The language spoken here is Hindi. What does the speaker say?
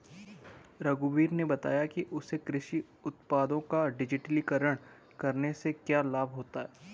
रघुवीर ने बताया कि उसे कृषि उत्पादों का डिजिटलीकरण करने से क्या लाभ होता है